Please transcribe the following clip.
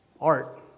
art